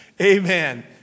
Amen